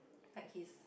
like his